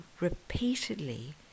repeatedly